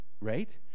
right